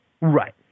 Right